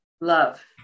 love